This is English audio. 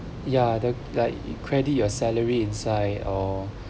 ya the like you credit your salary inside or